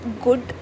good